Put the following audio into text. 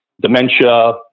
Dementia